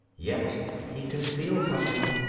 yet he concealed something.